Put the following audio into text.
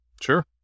sure